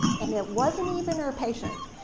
and it wasn't even her patient.